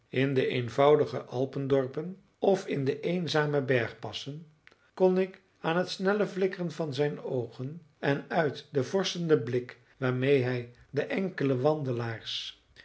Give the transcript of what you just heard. in de eenvoudige alpendorpen of in de eenzame bergpassen kon ik aan het snelle flikkeren van zijn oogen en uit den vorschenden blik waarmede hij de enkele wandelaars